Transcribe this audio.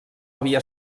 havia